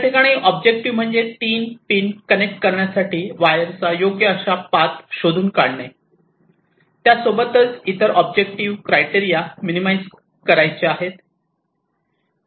या ठिकाणी ऑब्जेक्टिव्ह म्हणजे तीन पिन कनेक्ट करण्यासाठी वायरचा योग्य असा पाथ शोधून काढणे त्यासोबत इतर ऑब्जेक्टिव्ह क्राईटरिया मिनिमाईज करायचे आहेत